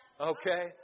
Okay